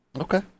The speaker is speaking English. Okay